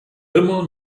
immer